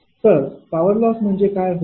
तर power loss म्हणजे काय होईल